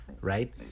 right